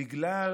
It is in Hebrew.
בגלל